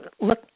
look